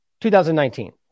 2019